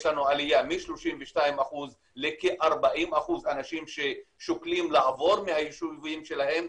יש לנו עלייה מ-32% לכ-40% אנשים ששוקלים לעבור מהיישובים שלהם.